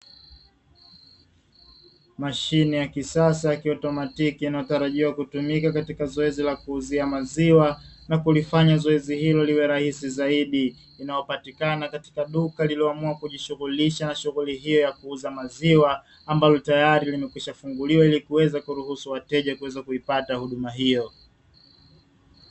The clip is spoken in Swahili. Mashine ya kisasa ya kiautomatiki inayotarajiwa kutumika katika zoezi la kuuzia maziwa, na kulifanya zoezi hilo liwe rahisi zaidi, inayopatikana katika duka lililoamua kujishughulisha na shughuli hiyo ya kuuza maziwa, ambalo tayari limekwishafunguliwa ili kuweza kuruhusu wateja kuweza kuipata huduma hiyo.